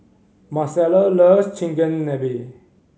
Marcella love Chigenabe